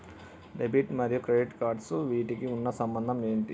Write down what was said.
Debit మరియు credit cards వీటికి ఉన్న సంబంధం ఏంటి?